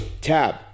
Tab